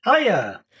Hiya